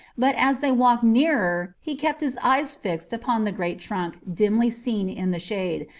but as they walked nearer, he kept his eyes fixed upon the great trunk dimly seen in the shade,